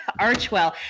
Archwell